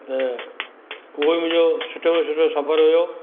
त उहो ई मुंहिंजो सुठे में सुठो सफ़र हुओ